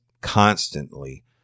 constantly